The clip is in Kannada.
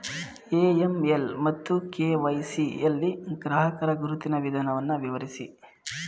ಎ.ಎಂ.ಎಲ್ ಮತ್ತು ಕೆ.ವೈ.ಸಿ ಯಲ್ಲಿ ಗ್ರಾಹಕರ ಗುರುತಿನ ವಿಧಾನವನ್ನು ವಿವರಿಸಿ?